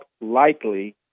likely